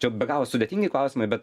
čia be galo sudėtingi klausimai bet